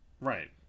Right